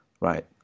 right